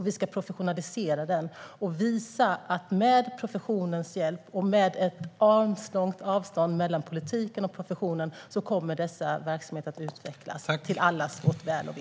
Vi ska professionalisera den och visa att med professionens hjälp och med ett armslångt avstånd mellan politiken och professionen kommer dessa verksamheter att utvecklas till allas vårt väl och ve.